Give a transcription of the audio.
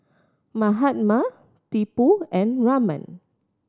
Mahatma Tipu and Raman